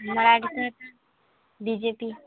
ନା B J P